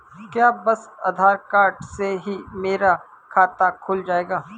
क्या बस आधार कार्ड से ही मेरा खाता खुल जाएगा?